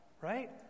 right